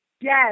Yes